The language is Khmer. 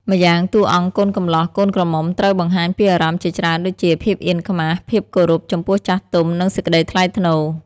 ម្យ៉ាង តួអង្គកូនកំលោះ កូនក្រមុំត្រូវបង្ហាញពីអារម្មណ៍ជាច្រើនដូចជា ភាពអៀនខ្មាស ភាពគោរពចំពោះចាស់ទុំ និង សេចក្តីថ្លៃថ្នូរ។